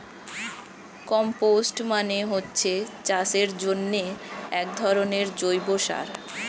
compost মানে হচ্ছে চাষের জন্যে একধরনের জৈব সার